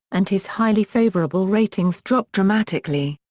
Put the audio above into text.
and his highly favourable ratings dropped dramatically.